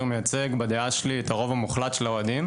מייצג בדעה שלי את הרוב המוחלט של האוהדים,